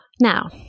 Now